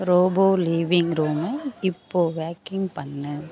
robot living ரூமை இப்போது vacuum பண்ணு